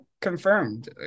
confirmed